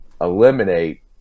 eliminate